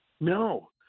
No